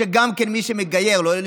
שגם מי שמגייר,